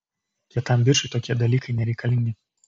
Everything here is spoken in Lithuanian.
kietam bičui tokie dalykai nereikalingi